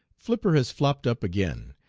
flipper has flopped up again,